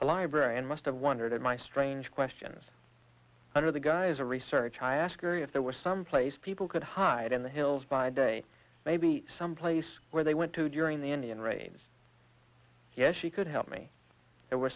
the librarian must have wondered at my strange questions under the guise of research i asked her if there were some place people could hide in the hills by day maybe some place where they went to during the indian raids yes she could help me there were